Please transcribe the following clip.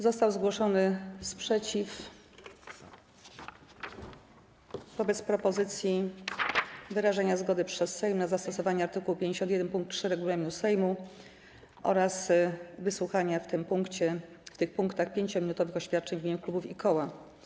Został zgłoszony sprzeciw wobec propozycji wyrażenia zgody przez Sejm na zastosowanie art. 51 pkt 3 regulaminu Sejmu oraz wysłuchania w tych punktach 5-minutowych oświadczeń w imieniu klubów i koła.